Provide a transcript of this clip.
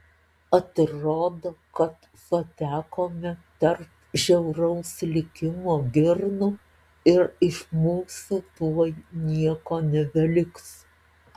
atrodo kad patekome tarp žiauraus likimo girnų ir iš mūsų tuoj nieko nebeliks